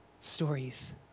stories